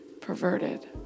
perverted